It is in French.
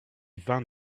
vint